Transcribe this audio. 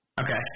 Okay